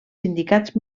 sindicats